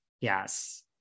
Yes